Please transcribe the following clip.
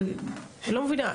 אני לא מבינה.